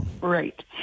Right